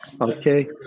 Okay